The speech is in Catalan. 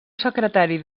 secretari